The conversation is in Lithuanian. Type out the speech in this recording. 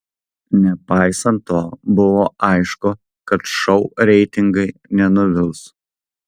nepaisant to buvo aišku kad šou reitingai nenuvils